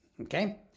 Okay